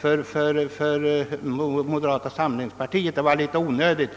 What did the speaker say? presterade för moderata samlingspartiet var litet onödigt.